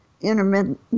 intermittent